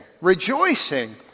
rejoicing